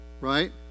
Right